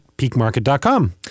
peakmarket.com